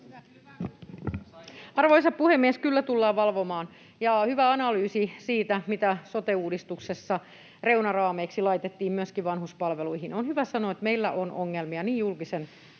Arvoisa puhemies! Kyllä tullaan valvomaan. Ja oli hyvä analyysi siitä, mitä sote-uudistuksessa reunaraameiksi laitettiin myöskin vanhuspalveluihin. On hyvä sanoa, että meillä on ongelmia niin julkisen